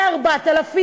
העובדים היה